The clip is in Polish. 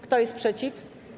Kto jest przeciw?